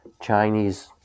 Chinese